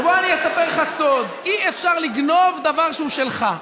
בוא אני אספר לך סוד: אי-אפשר לגנוב דבר שהוא שלך.